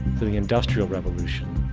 to the industrial revolution,